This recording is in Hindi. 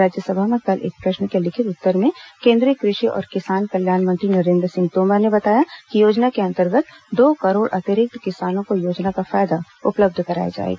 राज्यसभा में कल एक प्रश्न के लिखित उत्तर में केंद्रीय कृषि और किसान कल्याण मंत्री नरेन्द्र सिंह तोमर ने बताया कि योजना के अंतर्गत दो करोड़ अतिरिक्त किसानों को योजना का फायदा उपलब्ध कराया जाएगा